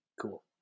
Cool